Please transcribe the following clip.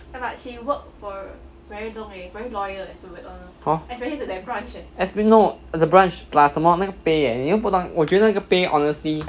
hor esp~ no the branch plus 什么那个 pay eh 你又不懂我觉得那个 pay honestly